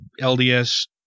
LDS